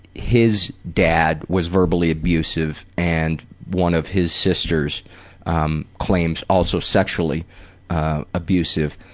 his dad was verbally abusive, and one of his sisters um claims also sexually abusive,